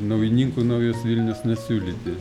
naujininkų naujos vilnios nesiūlyti